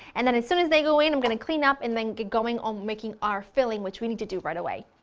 and then as soon as they go in i'm going to clean up and then get going on our filling which we need to do right away!